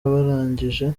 abarangije